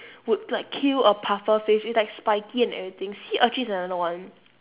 would like kill a pufferfish it's like spiky and everything sea urchin is another one